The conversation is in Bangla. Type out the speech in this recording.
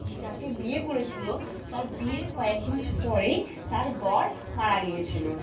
যাকে বিয়ে করেছিলো তার বিয়ের কয়েক মাস পরেই তার বর মারা গিয়েছিলো